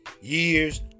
years